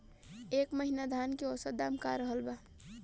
एह महीना धान के औसत दाम का रहल बा?